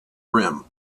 rim